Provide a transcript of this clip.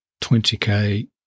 20k